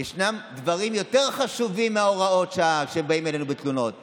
יש דברים יותר חשובים מהוראות השעה שהם באים אלינו בתלונות עליהם.